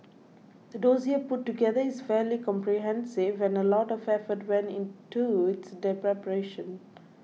the dossier put together is fairly comprehensive and a lot of effort went into its preparation